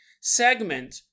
segment